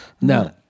no